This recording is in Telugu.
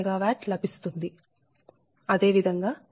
అదే విధంగా Pg260 4120